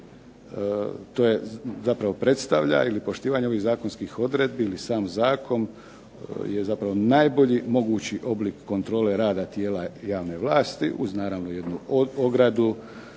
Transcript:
to je zapravo predstavlja ili poštivanje ovih zakonskih odredbi ili sam zakon je zapravo najbolji mogući oblik kontrole rada tijela javne vlasti uz naravno jednu ogradu